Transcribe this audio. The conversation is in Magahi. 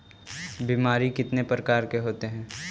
बीमारी कितने प्रकार के होते हैं?